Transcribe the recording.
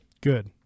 Good